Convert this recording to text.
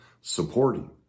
supporting